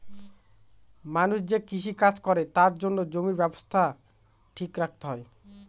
মানুষ যে কৃষি কাজ করে তার জন্য জমির অবস্থা ঠিক রাখতে হয়